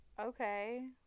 okay